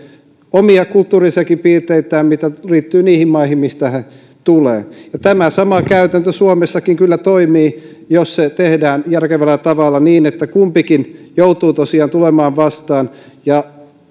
omia kulttuurisia piirteitään joita liittyy niihin maihin mistä he tulevat tämä sama käytäntö kyllä toimii suomessakin jos se tehdään järkevällä tavalla niin että kumpikin joutuu tosiaan tulemaan vastaan ja